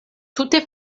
tute